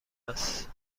است